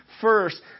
first